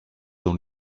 dans